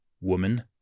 Woman